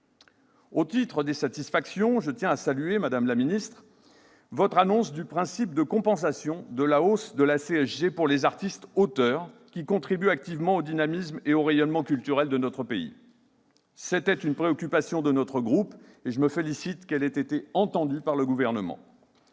Au titre des satisfactions, je tiens à saluer, madame la ministre, votre annonce du principe de compensation de la hausse de la CSG pour les artistes-auteurs, qui contribuent activement au dynamisme et au rayonnement culturel de notre pays. C'était une préoccupation de notre groupe, et je me félicite qu'elle ait été entendue par le Gouvernement.